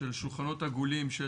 של שולחנות עגולים.